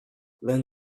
learn